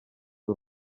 del